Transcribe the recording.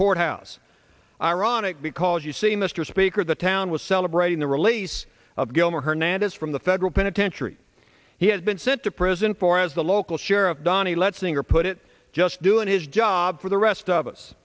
courthouse ironic because you see mr speaker the town was celebrating the release of gilmer hernandez from the federal penitentiary he had been sent to prison for as the local sheriff donnie let singer put it just doing his job for the rest of us